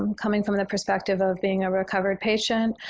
um coming from the perspective of being a recovered patient,